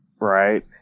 Right